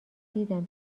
دیدم